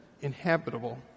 inhabitable